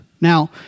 Now